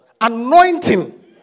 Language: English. Anointing